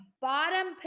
bottom